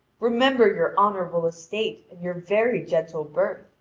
remember your honourable estate and your very gentle birth!